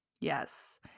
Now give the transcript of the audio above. yes